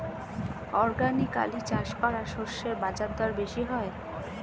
organically চাষ করা শস্যের বাজারদর বেশি হয়